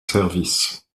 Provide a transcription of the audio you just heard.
service